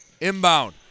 Inbound